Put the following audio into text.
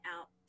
out